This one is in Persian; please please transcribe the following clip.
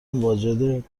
واجد